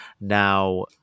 Now